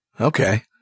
okay